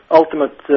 ultimate